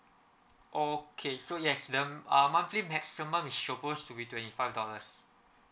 okay so yes the uh monthly maximum is supposed to be twenty five dollars